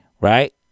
Right